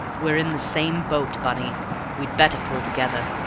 we're in the same boat, bunny we'd better pull together.